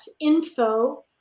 info